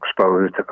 exposed